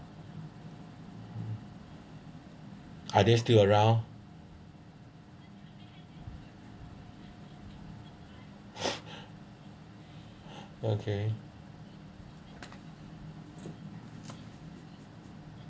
are they still around okay